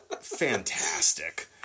fantastic